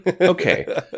okay